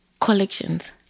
collections